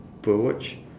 per watch